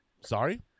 Sorry